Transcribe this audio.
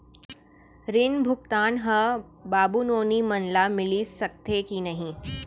ऋण भुगतान ह बाबू नोनी मन ला मिलिस सकथे की नहीं?